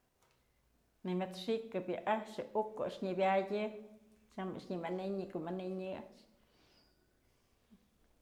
Nëmyëk xi'ikëp yë a'axje uk ko'o a'ax nyëbyady tyam a'ax nyëmënë nëkumënenyë a'ax.